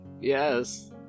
Yes